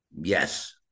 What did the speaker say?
Yes